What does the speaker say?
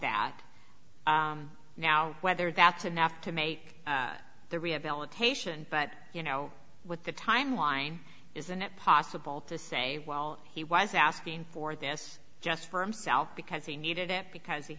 that now whether that's enough to make the rehabilitation but you know with the timeline isn't it possible to say well he was asking for this just for himself because he needed it because he